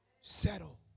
Settle